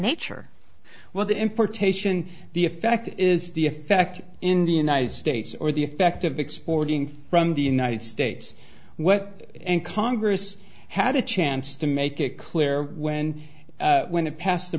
nature well the importation the effect is the effect in the united states or the effect of exporting from the united states what and congress had a chance to make it clear when when it passed the